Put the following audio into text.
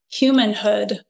humanhood